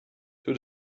two